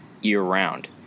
year-round